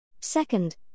Second